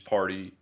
Party